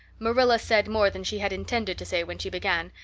marilla said more than she had intended to say when she began,